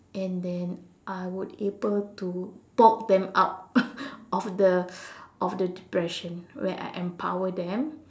and then I would able to poke them out of the of the depression where I empower them